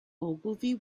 ogilvy